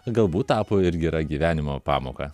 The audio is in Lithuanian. galbūt tapo ir gera gyvenimo pamoka